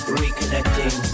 reconnecting